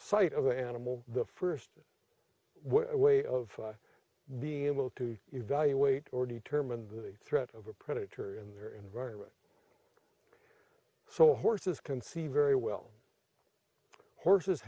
sight of the animal the first way of being able to evaluate or determine the threat of a predator in their environment so horses can see very well horses